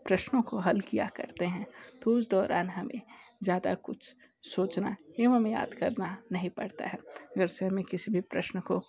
प्रश्नों को हल किया करते हैं तो उस दौरान हमें ज़्यादा कुछ सोचना एवं याद करना नहीं पड़ता है अगर से हमें किसी भी प्रश्न को